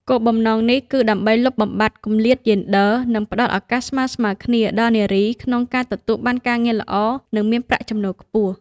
គោលបំណងនេះគឺដើម្បីលុបបំបាត់គំលាតយេនឌ័រ និងផ្តល់ឱកាសស្មើៗគ្នាដល់នារីក្នុងការទទួលបានការងារល្អ និងមានប្រាក់ចំណូលខ្ពស់។